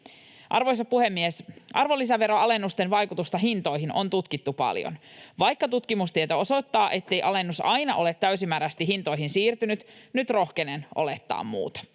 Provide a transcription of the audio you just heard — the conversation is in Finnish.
Arvoisa puhemies! Arvonlisäveroalennusten vaikutusta hintoihin on tutkittu paljon. Vaikka tutkimustieto osoittaa, ettei alennus aina ole täysimääräisesti hintoihin siirtynyt, nyt rohkenen olettaa muuta.